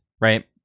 right